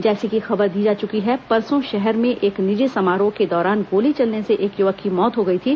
जैसी कि खबर दी जा चुकी है परसों शहर में एक निजी समारोह के दौरान गोली चलने से एक युवक की मौत हो गई थी